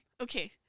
okay